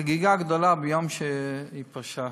חגיגה גדולה ביום שהיא פרשה.